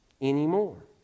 anymore